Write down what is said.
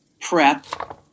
prep